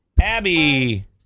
Abby